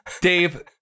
Dave